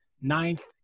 ninth